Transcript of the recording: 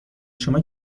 شما